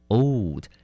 old